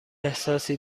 احساسی